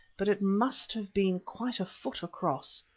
but it must have been quite a foot across.